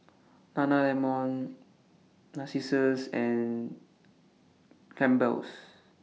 Nana Lemon Narcissus and Campbell's